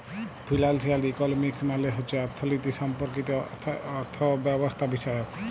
financial economics মালে হছে অথ্থলিতি সম্পর্কিত অথ্থব্যবস্থাবিষয়ক